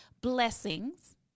blessings